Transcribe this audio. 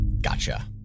Gotcha